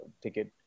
ticket